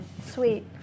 sweet